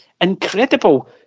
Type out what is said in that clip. incredible